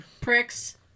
Pricks